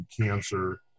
cancer